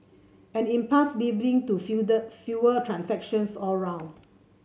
an impasse leading to fewer transactions all round